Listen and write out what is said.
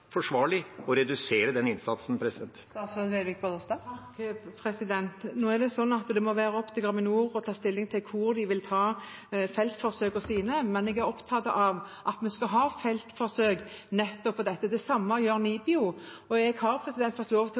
forsvarlig å redusere den innsatsen? Det må være opp til Graminor å ta stilling til hvor de vil ha feltforsøkene sine, men jeg er opptatt av at vi skal ha feltforsøk på nettopp dette. Det samme gjør NIBIO, og jeg har ved flere anledninger fått